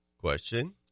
Question